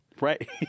Right